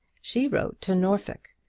she wrote to norfolk,